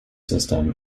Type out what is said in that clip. system